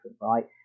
right